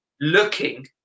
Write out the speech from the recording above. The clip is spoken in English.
looking